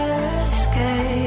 escape